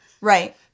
Right